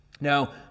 Now